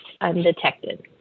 undetected